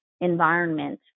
environment